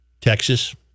Texas